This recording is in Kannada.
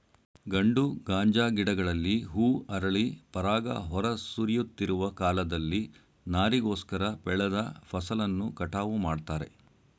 ಗಂಡು ಗಾಂಜಾ ಗಿಡಗಳಲ್ಲಿ ಹೂ ಅರಳಿ ಪರಾಗ ಹೊರ ಸುರಿಯುತ್ತಿರುವ ಕಾಲದಲ್ಲಿ ನಾರಿಗೋಸ್ಕರ ಬೆಳೆದ ಫಸಲನ್ನು ಕಟಾವು ಮಾಡ್ತಾರೆ